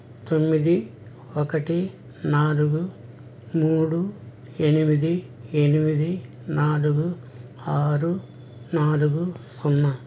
తొమ్మిది ఒకటి నాలుగు మూడు ఎనిమిది ఎనిమిది నాలుగు ఆరు నాలుగు సున్నా